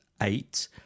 eight